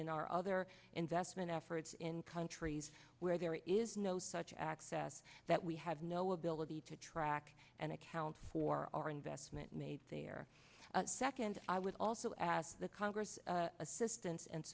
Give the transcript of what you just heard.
in our other investment efforts in countries where there is no such access that we have no ability to track and account for our investment made there second i would also as the congress assistance and